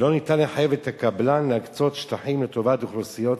לא ניתן לחייב את הקבלן להקצות שטחים לטובת אוכלוסיות ספציפיות.